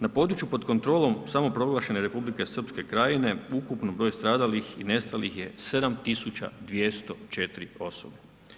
Na području pod kontrolom samoproglašene Republike Srpske Krajine ukupno broj stradalih i nestalih je 7 tisuća 204 osobe.